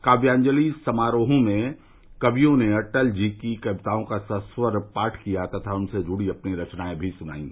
काव्याजलि समारोह में कवियों ने अटल जी की कविताओं का सस्वर पाठ किया तथा उनसे जुड़ी अपनी रचनायें भी सुनायीं